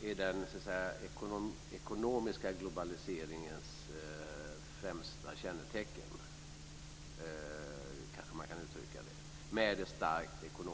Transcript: den ekonomiska globaliseringens främsta kännetecken. Så kanske man kan uttrycka det.